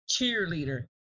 cheerleader